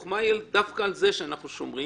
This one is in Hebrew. החוכמה היא דווקא על זה שאנחנו שומרים,